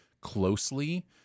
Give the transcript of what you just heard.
closely